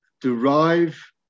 derive